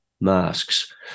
masks